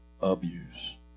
abuse